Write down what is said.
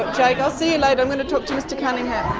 jake, i'll see you later, i'm going to talk to mr cunningham.